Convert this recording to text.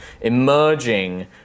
emerging